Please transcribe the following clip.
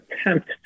attempt